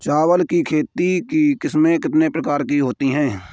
चावल की खेती की किस्में कितने प्रकार की होती हैं?